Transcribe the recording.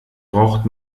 braucht